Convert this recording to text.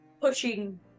pushing